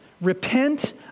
Repent